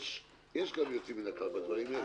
יש גם יוצאים מן הכלל בדברים האלה.